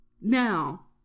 Now